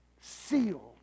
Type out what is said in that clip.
Sealed